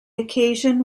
occasion